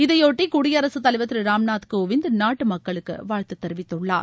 இதைபொட்டி குடியரசு தலைவர் திரு ராம்நாத் கோவிந்த் நாட்டு மக்களுக்கு வாழ்த்து தெரிவித்துள்ளார்